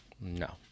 No